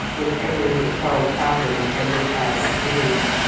with every hotel crowded and every cab engaged,